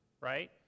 right